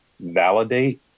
validate